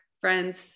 friends